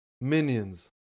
minions